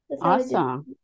Awesome